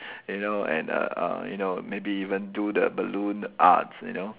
you know and uh uh you know maybe even do the balloon arts you know